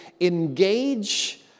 engage